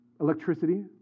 Electricity